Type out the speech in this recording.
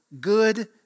good